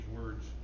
words